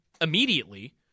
immediately